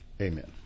Amen